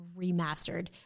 Remastered